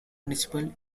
municipal